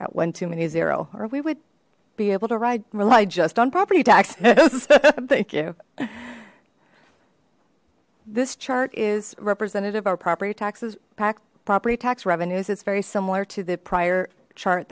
got one too many zero or we would be able to ride rely just on property tax thank you this chart is representative our property taxes packed property tax revenues it's very similar to the prior chart